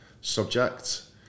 subject